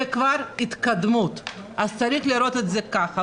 זה כבר התקדמות, אז צריך לראות את זה כך.